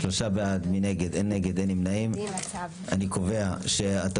3 בעד, אושר פה אחד.